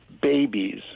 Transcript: babies